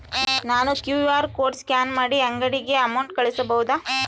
ನಾನು QR code scan ಮಾಡಿ ಅಂಗಡಿಗೆ ಅಮೌಂಟ್ ಕಳಿಸಬಹುದಾ?